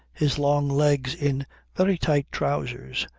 his long legs in very tight trousers,